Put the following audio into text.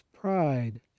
pride